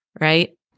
right